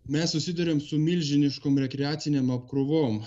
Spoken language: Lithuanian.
mes susiduriam su milžiniškom rekreacinėm apkrovom